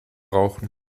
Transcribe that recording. rauchen